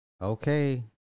Okay